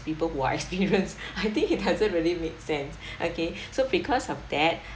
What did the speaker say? people who are experience I think it doesn't really make sense okay so because of that